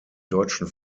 deutschen